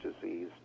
disease